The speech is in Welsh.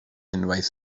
unwaith